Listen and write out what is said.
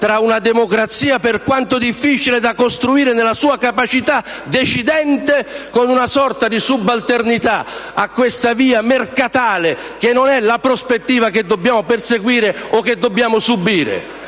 tra una democrazia, per quanto difficile da costruire nella sua capacità decidente, ed una sorta di subalternità a questa via mercatale, che non è la prospettiva che dobbiamo perseguire o subire.